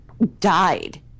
died